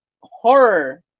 horror